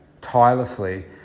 tirelessly